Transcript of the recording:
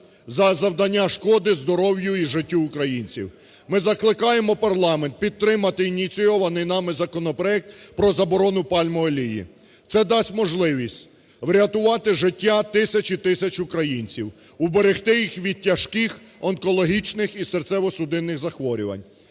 за завдання шкоди здоров'ю і життю українців. Ми закликаємо парламент підтримати ініційований нами законопроект про заборону пальмової олії. Це дасть можливість врятувати життя тисяч і тисяч українців, уберегти їх від тяжких онкологічних і серцево-судинних захворювань.